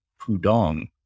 Pudong